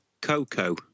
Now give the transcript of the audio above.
Coco